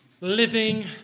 living